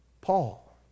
Paul